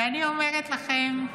ואני אומרת לכם,